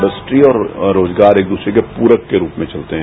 industries और रोजगार एक दूसरे के प्ररक के रूप में चलते है